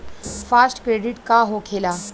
Fast credit का होखेला?